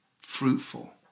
fruitful